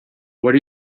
what